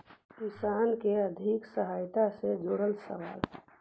किसान के आर्थिक सहायता से जुड़ल सवाल?